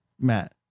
Matt